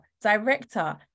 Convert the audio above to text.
director